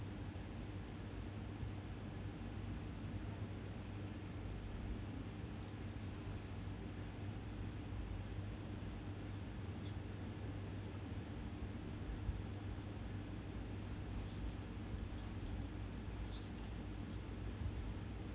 that will work